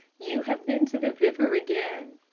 you have been to the river again.